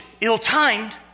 ill-timed